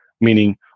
Meaning